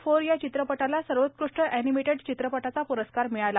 four या चित्रपटाला सर्वोकृष्ट अअनिमेटेड चित्रपटाचा पुरस्कार मिळाला